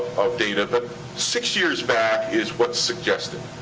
of data, but six years back is what's suggested,